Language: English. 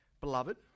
Beloved